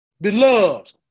beloved